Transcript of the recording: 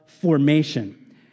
formation